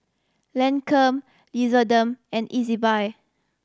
Lancome and Ezbuy